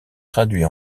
traduits